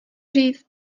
říct